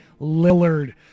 Lillard